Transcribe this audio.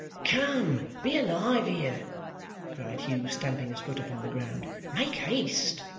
come! be alive here cried hugh, stamping his foot upon the ground. make haste